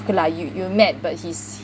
okay lah you you've met but he's